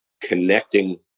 connecting